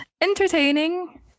entertaining